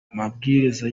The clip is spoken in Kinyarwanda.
mabwiriza